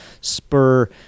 spur